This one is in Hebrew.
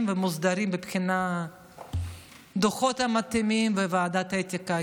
ומוסדרים מבחינת דוחות מתאימים בוועדת האתיקה,